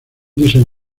diseño